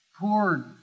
poor